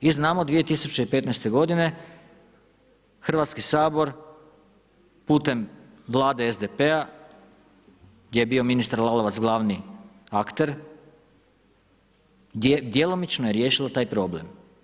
I znamo 2015. godine Hrvatski sabor putem Vlade SDP-a gdje je bio ministar Lalovac glavni akter, djelomično je riješilo taj problem.